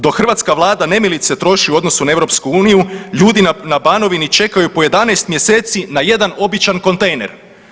Dok hrvatska Vlada nemilice troši u odnosu na EU, ljudi na Banovini čekaju po 11 mjeseci na jedan običan kontejner.